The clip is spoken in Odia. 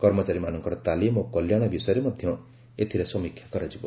କର୍ମଚାରୀମାନଙ୍କର ତାଲିମ ଓ କଲ୍ୟାଣ ବିଷୟରେ ମଧ୍ୟରେ ଏଥିରେ ସମୀକ୍ଷା କରାଯିବ